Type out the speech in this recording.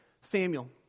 Samuel